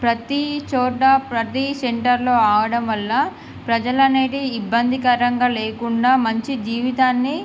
ప్రతీ చోట ప్రతీ సెంటర్లో ఆగడం వల్ల ప్రజలు అనేది ఇబ్బంది కరంగా లేకుండా మంచి జీవితాన్ని